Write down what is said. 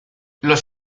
los